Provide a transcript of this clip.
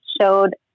showed